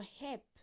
help